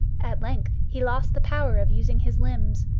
at length he lost the power of using his limbs,